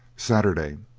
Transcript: saturday